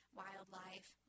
wildlife